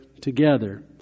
together